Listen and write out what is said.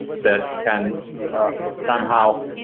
that can somehow